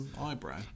Eyebrow